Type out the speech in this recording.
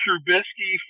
Trubisky